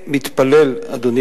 לא, הוא שואל שאלה.